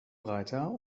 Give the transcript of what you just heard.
reiter